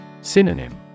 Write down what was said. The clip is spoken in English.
Synonym